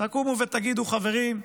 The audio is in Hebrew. תקומו ותגידו: חברים,